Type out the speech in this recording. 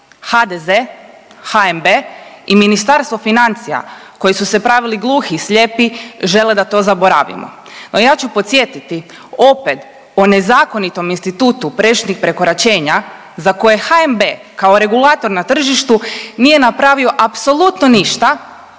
HDZ, HNB i Ministarstvo financija koji su se pravili gluhi i slijepi žele da to zaboravimo. No, ja ću podsjetiti opet o nezakonitom institutu prešutnih prekoračenja za koje HNB kao regulator na tržištu nije napravio apsolutno ništa,